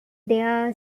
their